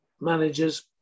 managers